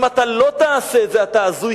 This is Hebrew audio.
אם אתה לא תעשה את זה אתה הזוי,